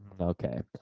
okay